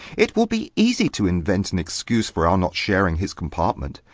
it will be easy to invent an excuse for our not sharing his compartment.